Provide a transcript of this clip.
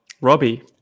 Robbie